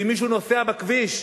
ואם מישהו נוסע בכביש,